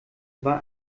war